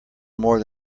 more